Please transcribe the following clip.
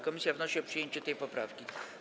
Komisja wnosi o przyjęcie tej poprawki.